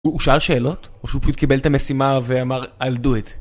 הוא שאל שאלות? או שהוא פשוט קיבל את המשימה ואמר I'll do it?